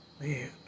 Man